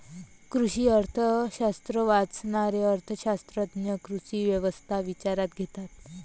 कृषी अर्थशास्त्र वाचणारे अर्थ शास्त्रज्ञ कृषी व्यवस्था विचारात घेतात